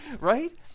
right